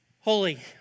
holy